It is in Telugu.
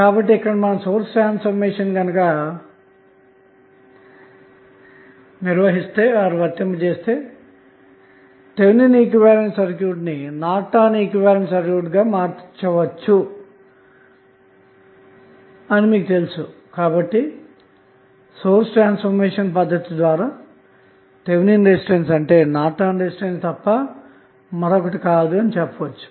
కాబట్టి మీరు సోర్స్ ట్రాన్స్ఫర్మేషన్ గనక నిర్వహిస్తే థెవెనిన్ ఈక్వివలెంట్ సర్క్యూట్ ని నార్టన్ ఈక్వివలెంట్ సర్క్యూట్ గా మార్చవచ్చని మీకు తెలుసు కాబట్టి సోర్స్ ట్రాన్స్ఫర్మేషన్ పద్ధతి ద్వారా థెవెనిన్ రెసిస్టెన్స్ అంటే నార్టన్ రెసిస్టెన్స్ తప్ప మరొకటి కాదు అని చెప్పవచ్చు